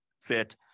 fit